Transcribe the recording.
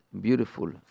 beautiful